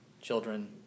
children